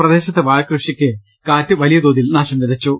പ്രദേശത്തെ വാഴകൃഷിക്ക് കാറ്റ് വലിയതോതിൽ നാശം വിതച്ചു